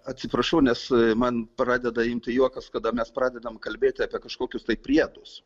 atsiprašau nes man pradeda imti juokas kada mes pradedam kalbėti apie kažkokius tai priedus